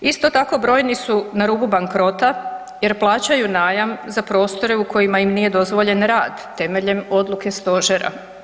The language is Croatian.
Isto tako brojni su na rubu bankrota jer plaćaju najam za prostore u kojima im nije dozvoljen rad temeljem odluke stožera.